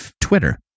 Twitter